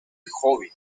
joven